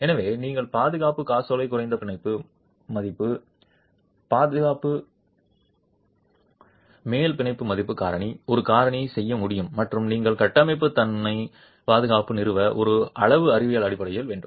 எனவே நீங்கள் பாதுகாப்பு காசோலை குறைந்த பிணைப்பு மதிப்பு பாதுகாப்பு காசோலை மேல் பிணைப்பு மதிப்பு காரணி ஒரு காரணி செய்ய முடியும் மற்றும் நீங்கள் கட்டமைப்பு தன்னை பாதுகாப்பு நிறுவ ஒரு அளவு அறிவியல் அடிப்படையில் வேண்டும்